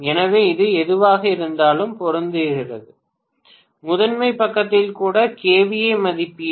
எனவே இது எதுவாக இருந்தாலும் பொருந்துகிறது முதன்மை பக்கத்தில் கூட kVA மதிப்பீடு